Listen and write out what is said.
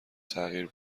تغییر